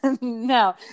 No